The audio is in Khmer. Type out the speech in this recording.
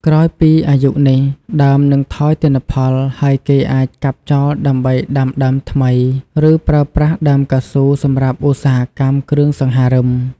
ក្រោយពីអាយុនេះ ដើមនឹងថយទិន្នផល ហើយគេអាចកាប់ចោលដើម្បីដាំដើមថ្មី ឬប្រើប្រាស់ដើមកៅស៊ូសម្រាប់ឧស្សាហកម្មគ្រឿងសង្ហារឹម។